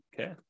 Okay